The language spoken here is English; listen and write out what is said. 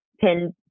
pin